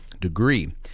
degree